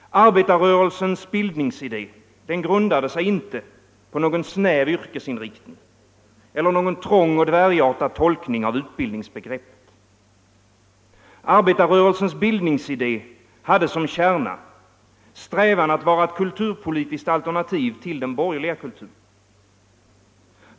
Arbetarrörelsens bildningsidé grundade sig inte på någon snäv yrkesinriktning eller någon trång och dvärgartad tolkning av utbildningsbegreppet. Arbetarrörelsens bildningsidé hade som kärna strävan att vara ett kulturpolitiskt alternativ till den borgerliga kulturen.